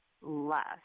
less